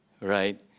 right